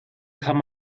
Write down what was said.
kann